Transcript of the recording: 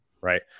Right